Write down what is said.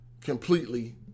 completely